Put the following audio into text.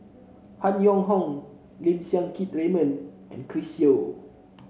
Han Yong Hong Lim Siang Keat Raymond and Chris Yeo